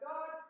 God